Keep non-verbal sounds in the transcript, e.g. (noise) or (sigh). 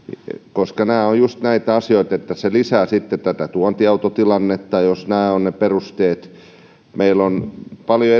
koska nämä ovat just näitä asioita että se lisää sitten tätä tuontiautotilannetta jos nämä ovat ne perusteet meillä on paljon (unintelligible)